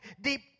deep